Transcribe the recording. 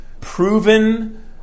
proven